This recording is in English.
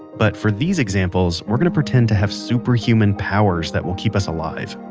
but, for these examples we're going to pretend to have superhuman powers that will keep us alive.